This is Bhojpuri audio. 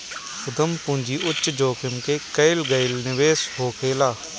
उद्यम पूंजी उच्च जोखिम में कईल गईल निवेश होखेला